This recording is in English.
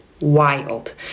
wild